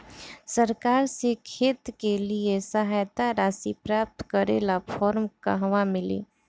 सरकार से खेत के लिए सहायता राशि प्राप्त करे ला फार्म कहवा मिली?